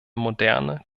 moderne